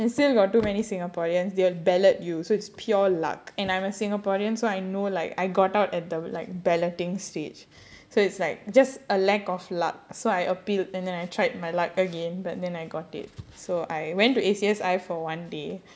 then still got too many singaporeans they will ballot you so it's pure luck and I'm a singaporean so I know like I got out at the like balloting stage so it's like just a lack of luck so I appeal and then I tried my luck again but then I got it so I went to A_C_S_I for one day